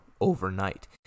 overnight